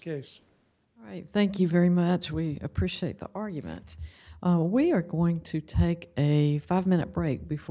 all right thank you very much we appreciate the argument we are going to take a five minute break before